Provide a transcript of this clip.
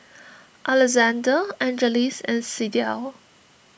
Alexandr Angeles and Sydell